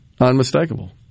unmistakable